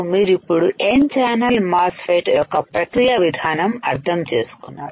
మీరు ఇప్పుడు N channel MOSFET యొక్క ప్రక్రియ విధానము అర్థం చేసుకున్నారు